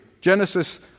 Genesis